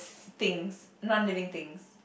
things non living things